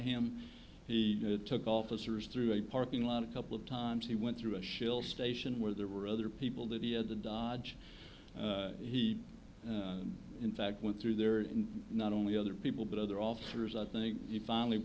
him he took officers through a parking lot a couple of times he went through a shill station where there were other people that he in fact went through there and not only other people but other officers i think he finally